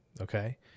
Okay